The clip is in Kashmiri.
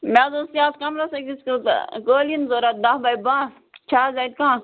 مےٚ حظ اوس یَتھ کَمرَس أکِس کیُت ٲں قٲلیٖن ضرورت دٔہ بے باہ چھا حظ اَتہِ کانٛہہ